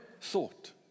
thought